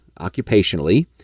occupationally